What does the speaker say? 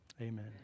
Amen